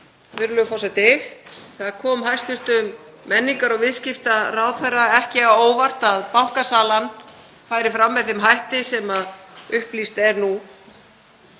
Það kom hæstv. menningar- og viðskiptaráðherra ekki á óvart að bankasalan færi fram með þeim hætti sem upplýst er nú,